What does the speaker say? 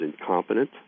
incompetent